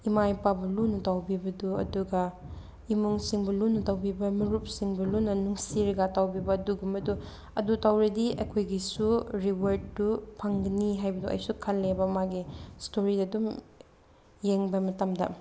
ꯏꯃꯥ ꯏꯄꯥꯕꯨ ꯂꯨꯅ ꯇꯧꯕꯤꯕꯗꯨ ꯑꯗꯨꯒ ꯏꯃꯨꯡꯁꯤꯡꯕꯨ ꯂꯨꯅ ꯇꯧꯕꯤꯕ ꯃꯔꯨꯞꯁꯤꯡꯕꯨ ꯂꯨꯅ ꯅꯨꯡꯁꯤꯔꯒ ꯇꯧꯕꯤꯕ ꯑꯗꯨꯒꯨꯝꯕꯗꯣ ꯑꯗꯨ ꯇꯧꯔꯗꯤ ꯑꯩꯈꯣꯏꯒꯤꯁꯨ ꯔꯤꯋꯥꯔꯠꯇꯨ ꯐꯪꯒꯅꯤ ꯍꯥꯏꯕꯗꯣ ꯑꯩꯁꯨ ꯈꯜꯂꯦꯕ ꯃꯥꯒꯤ ꯏꯁꯇꯣꯔꯤꯅ ꯑꯗꯨꯝ ꯌꯦꯡꯕ ꯃꯇꯝꯗ